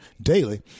Daily